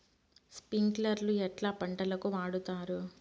స్ప్రింక్లర్లు ఎట్లా పంటలకు వాడుతారు?